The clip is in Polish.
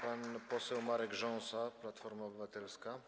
Pan poseł Marek Rząsa, Platforma Obywatelska.